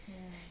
ya